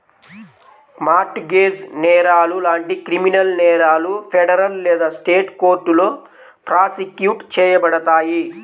mart gauge నేరాలు లాంటి criminal నేరాలు ఫెడరల్ లేదా స్టేట్ కోర్టులో ప్రాసిక్యూట్ చేయబడతాయి